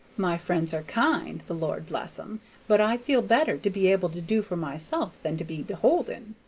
my friends are kind the lord bless em but i feel better to be able to do for myself than to be beholden